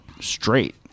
straight